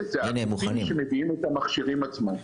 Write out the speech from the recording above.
זה הגופים שמביאים את המכשירים עצמם.